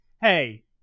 Hey